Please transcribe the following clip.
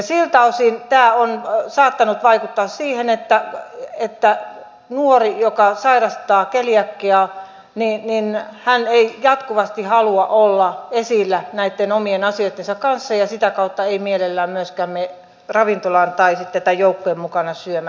siltä osin tämä on saattanut vaikuttaa siihen että nuori joka sairastaa keliakiaa ei jatkuvasti halua olla esillä näitten omien asioittensa kanssa ja sitä kautta ei mielellään myöskään mene ravintolaan tai sitten tämän joukkueen mukana syömään